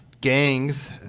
gangs